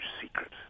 secret